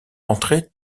rentrer